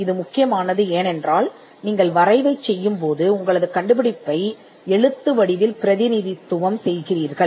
இது முக்கியமானது ஏனெனில் வரைவில் நீங்கள் கண்டுபிடிப்பை ஒரு உரை வடிவத்தில் குறிக்கிறீர்கள்